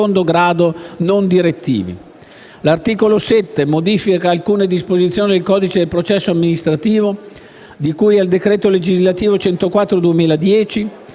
L'articolo 7 modifica alcune disposizioni del codice del processo amministrativo di cui al decreto legislativo n. 104